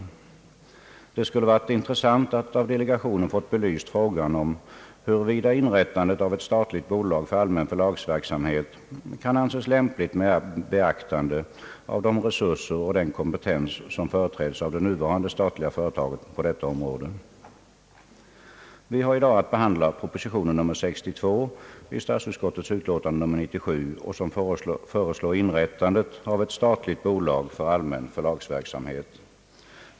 Det skulle ha varit intressant att av delegationen ha fått belyst frågan om huruvida inrättandet av ett statligt bolag för allmän förlagsverksamhet kan anses lämpligt med beaktande av de resurser och den kompetens, som företräds av det nuvarande statliga företaget på detta område. Vi har i dag att behandla proposition nr 62 i statsutskottets utlåtande nr 97 som föreslår inrättandet av ett statligt bolag för allmän förlagsverksamhet.